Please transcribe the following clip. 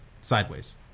sideways